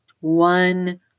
one